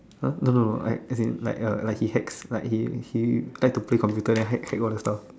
!huh! no no no like as in like like he hacks like he he like to play computer than hack hack all the stuff